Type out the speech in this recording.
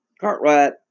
Cartwright